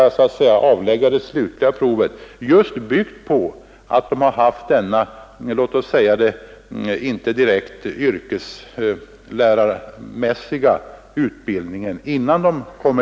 Det provet skall bygga på att de inte har haft yrkeslärarmässig utbildning.